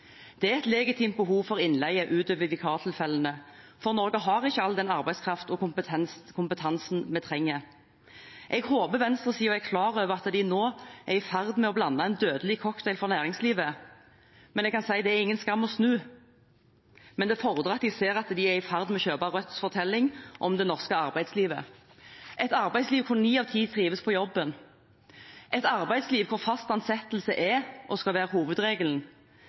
Det er et legitimt behov for innleie utover vikartilfellene, for Norge har ikke all den arbeidskraften og kompetansen vi trenger. Jeg håper venstresiden er klar over at de nå er i ferd med å blande en dødelig cocktail for næringslivet. Jeg kan si at det er ingen skam å snu. Men det fordrer at de ser at de er i ferd med å kjøpe Rødts fortelling om det norske arbeidslivet – et arbeidsliv hvor ni av ti trives på jobb, et arbeidsliv hvor fast ansettelse er og skal være hovedregelen,